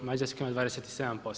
Mađarska ima 27%